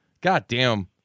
goddamn